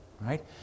Right